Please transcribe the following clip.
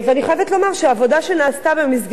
אני חייבת לומר שהעבודה שנעשתה במסגרת